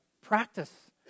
practice